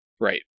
Right